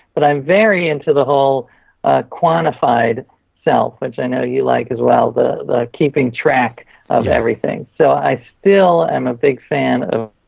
but i'm very into the whole ah quantified self, which i know you like as well, the the keeping track of everything. so i'm still am a big fan of,